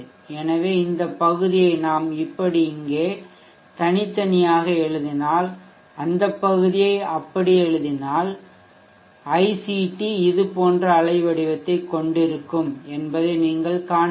எனவே இந்த பகுதியை இப்படி நாம் இங்கே தனித்தனியாக எழுதினால் அந்த பகுதியை அப்படி எழுதினால் Ict இது போன்ற அலைவடிவத்தைக் கொண்டிருக்கும் என்பதை நீங்கள் காண்பீர்கள்